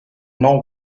nord